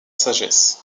sagesse